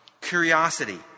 Curiosity